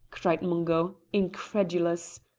cried mungo, incredulous.